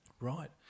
Right